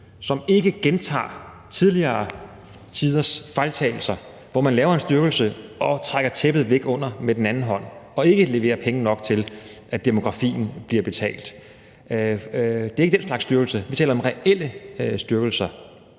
man ikke gentager tidligere tiders fejltagelser, hvor man med den ene hånd laver en styrkelse og med den anden hånd trækker tæppet væk under den og ikke leverer penge nok til, at demografien bliver betalt. Det er ikke den slags styrkelser, vi taler om, men vi taler